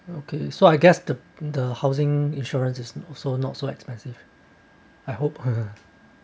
okay so I guess the the housing insurance is also not so expensive I hope